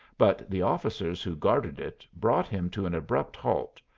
but the officers who guarded it brought him to an abrupt halt,